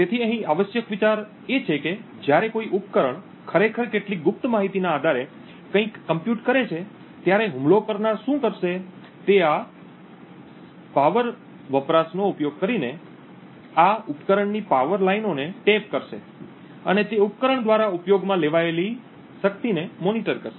તેથી અહીં આવશ્યક વિચાર એ છે કે જ્યારે કોઈ ઉપકરણ ખરેખર કેટલીક ગુપ્ત માહિતીના આધારે કંઇક કમ્પ્યુટ કરે છે ત્યારે હુમલો કરનાર શું કરશે તે આ શક્તિ વપરાશનો ઉપયોગ કરીને આ ઉપકરણની પાવર લાઇનોને ટેપ કરશે અને તે ઉપકરણ દ્વારા ઉપયોગમાં લેવાયેલી શક્તિને મોનિટર કરશે